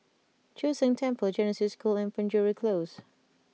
Chu Sheng Temple Genesis School and Penjuru Close